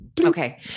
okay